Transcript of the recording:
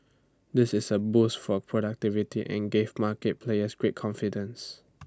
this is A boost for productivity and give market players greater confidence